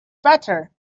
better